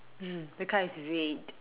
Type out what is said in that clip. the car is red